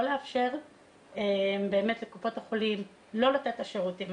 לאפשר לקופות החולים לא לתת את השירותים.